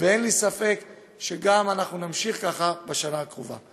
ואין לי ספק שנמשיך כך בשנה הקרובה.